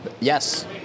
Yes